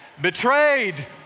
betrayed